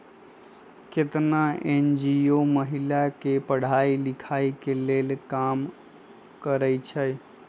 केतना एन.जी.ओ महिला के पढ़ाई लिखाई के लेल काम करअई छई